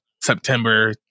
September